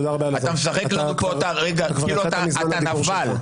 אתה משחק לנו כאן כאילו אתה נבל.